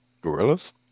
Gorillas